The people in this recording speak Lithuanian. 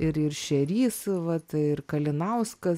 ir ir šerys vat ir kalinauskas